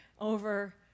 over